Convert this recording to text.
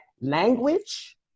language